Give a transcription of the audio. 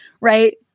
right